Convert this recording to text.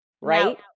right